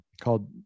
called